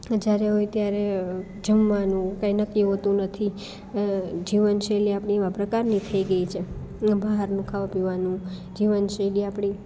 જ્યારે હોય ત્યારે જમવાનું કંઇ નક્કી હોતું નથી જીવન શૈલી આપણી એવા પ્રકારની થઈ ગઈ છે બહારનું ખાવા પીવાનું જીવન શૈલી આપણી